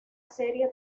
serie